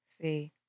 See